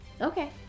Okay